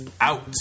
out